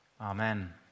Amen